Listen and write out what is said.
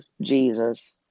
Jesus